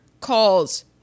calls